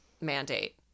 mandate